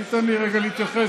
תן לי רגע להתייחס.